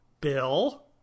Bill